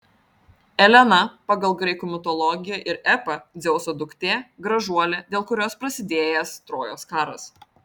elena pagal graikų mitologiją ir epą dzeuso duktė gražuolė dėl kurios prasidėjęs trojos karas